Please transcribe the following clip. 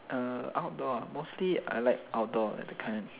uh outdoor mostly I like outdoor that kind